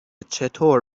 چطور